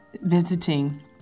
visiting